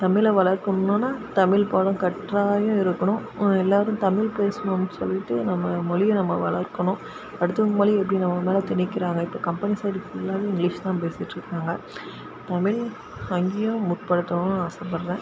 தமிழ வளர்க்கணும்னுனா தமிழ் பாடம் கட்டாயம் இருக்கனும் எல்லாரும் தமிழ் பேசணும் சொல்லிட்டு நம்ம மொழியை நம்ம வளர்க்கணும் அடுத்தவங்க மொழியை எப்படி நம்ம மேலே திணிக்கிறாங்க இப்போ கம்பெனி சைடு ஃபுல்லாகவே இங்கிலீஷ் தான் பேசிகிட்ருக்காங்க தமிழ் அங்கேயும் முற்படுத்தணும்ன்னு ஆசைப்படுறேன்